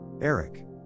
Eric